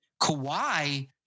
Kawhi